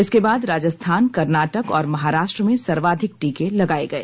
इसके बाद राजस्थान कर्नाटक और महाराष्ट्र में सर्वाधिक टीके लगाये गये